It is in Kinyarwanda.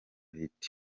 hit